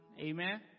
Amen